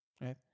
right